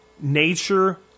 nature